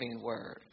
word